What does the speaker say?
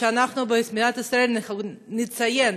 ושאנחנו במדינת ישראל נציין,